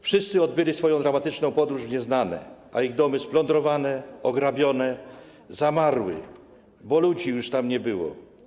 Wszyscy odbyli swoją dramatyczną podróż w nieznane, a ich domy splądrowane, ograbione zamarły, bo ludzi już tam nie było.